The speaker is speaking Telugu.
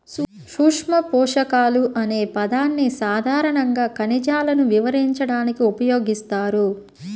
సూక్ష్మపోషకాలు అనే పదాన్ని సాధారణంగా ఖనిజాలను వివరించడానికి ఉపయోగిస్తారు